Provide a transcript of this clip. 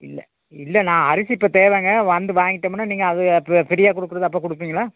இல்லை இல்லை நான் அரிசி இப்போ தேவைங்க வந்து வாங்கிட்டோம்ன்னால் நீங்கள் அது அப்போ ஃப்ரீயாக கொடுக்குறத அப்போ கொடுப்பீங்களா